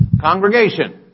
congregation